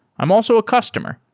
i'm also a customer.